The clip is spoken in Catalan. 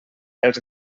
els